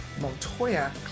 Montoya